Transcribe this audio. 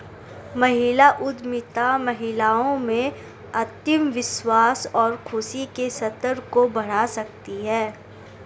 महिला उद्यमिता महिलाओं में आत्मविश्वास और खुशी के स्तर को बढ़ा सकती है